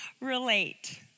relate